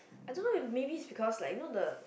I don't know maybe is because like you know the